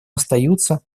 остаются